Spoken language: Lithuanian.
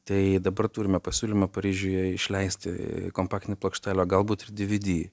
tai dabar turime pasiūlymą paryžiuje išleisti kompaktinę plokštelę o galbūt ir dvd